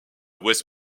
west